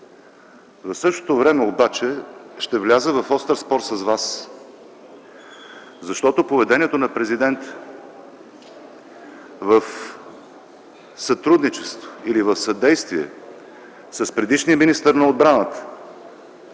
В същото време обаче ще вляза в остър спор с Вас, защото поведението на президента в сътрудничество или в съдействие с предишния министър на отбраната